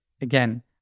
Again